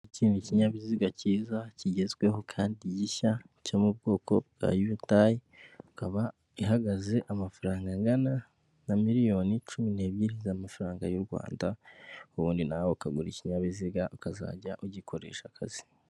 Ikindi kinyabiziga cyiza kigezweho kandi gishya cyo mu bwoko bwa yundayi ikaba ihagaze amafaranga angana na miliyoni cumi n'ebyiri z'amafaranga y'u Rwanda ubundi naho ukagura ikinyabiziga ukazajya ugikoresha akazi.